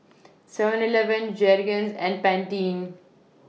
Seven Eleven Jergens and Pantene